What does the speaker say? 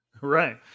Right